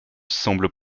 semblent